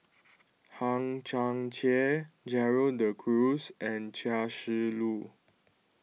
Hang Chang Chieh Gerald De Cruz and Chia Shi Lu